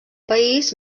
país